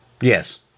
Yes